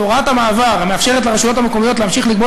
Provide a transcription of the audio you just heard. את הוראת המעבר המאפשרת לרשויות מקומיות להמשיך לגבות